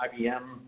IBM